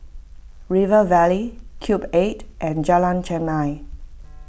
River Valley Cube eight and Jalan Chermai